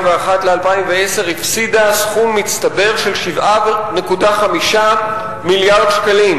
ו-2010 סכום מצטבר של 7.5 מיליארד שקלים,